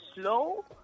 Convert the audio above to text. slow